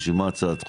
בשביל מה הצעת חוק?